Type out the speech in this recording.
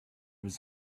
was